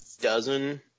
dozen